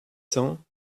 cents